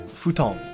futon